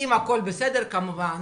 אם הכל בסדר כמובן